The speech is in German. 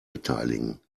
beteiligen